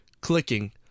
clicking